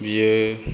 बेयो